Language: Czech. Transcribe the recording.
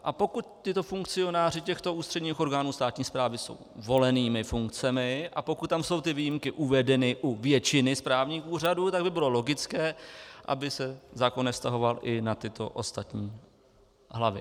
A pokud tito funkcionáři těchto ústředních orgánů státní správy jsou volenými funkcemi a pokud tam jsou ty výjimky uvedeny u většiny správních úřadů, tak by bylo logické, aby se zákon nevztahoval i na tyto ostatní hlavy.